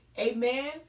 Amen